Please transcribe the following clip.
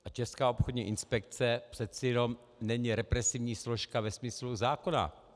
A Česká obchodní inspekce přece jenom není represivní složka ve smyslu zákona.